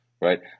Right